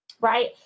right